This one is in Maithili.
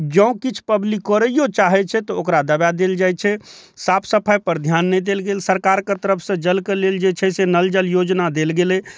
जॅं किछु पब्लिक किछु करैयो चाहै छै तऽ ओकरा दबा देल जाइ छै साफ़ सफाइ पर ध्यान नहि देल गेल सरकारके तरफसँ जलके लेल जे छै से नल जल योजना देल गेलै